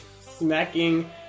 smacking